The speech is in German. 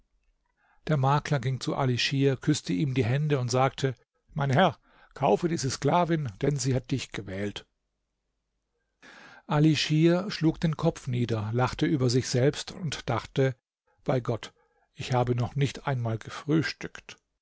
der makler ging zu ali schir küßte ihm die hände und sagte mein herr kaufe diese sklavin denn sie hat dich gewählt ali schir schlug den kopf nieder lachte über sich selbst und dachte bei gott ich habe noch nicht einmal gefrühstückt